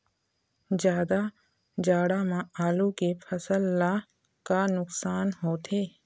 जादा जाड़ा म आलू के फसल ला का नुकसान होथे?